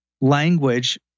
language